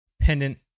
pendant